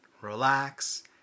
Relax